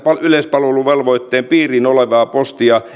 yleispalveluvelvoitteen piirissä olevaa postia